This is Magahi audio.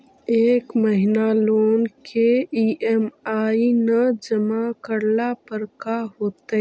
एक महिना लोन के ई.एम.आई न जमा करला पर का होतइ?